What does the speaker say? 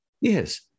Yes